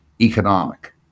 economic